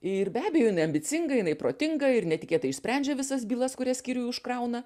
ir be abejo jinai ambicinga jinai protinga ir netikėtai išsprendžia visas bylas kurias skyriui užkrauna